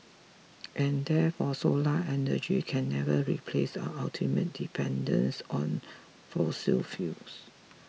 and therefore solar energy can never replace our ultimate dependence on fossil fuels